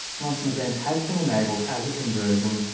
once an event has been enabled as a conversion,